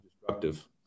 destructive